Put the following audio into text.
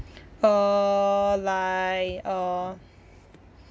uh like uh